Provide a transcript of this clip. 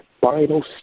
final